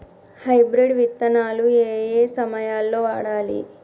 Hybrid విత్తనాలు ఏయే సమయాల్లో వాడాలి?